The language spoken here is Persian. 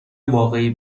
واقعی